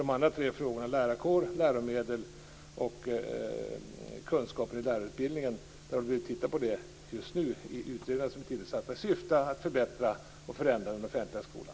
De andra tre frågorna, lärarkårens sammansättning, läromedlen och lärarutbildningen, håller tillsatta utredningar på att se över, i syfte att förbättra och förändra den offentliga skolan.